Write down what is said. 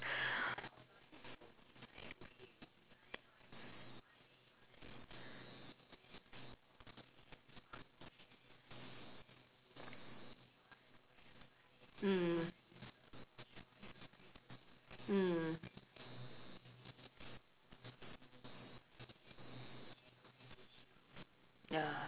mm mm